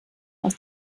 aus